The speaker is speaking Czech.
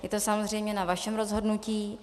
Je to samozřejmě na vašem rozhodnutí.